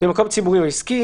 במקום ציבורי או עסקי".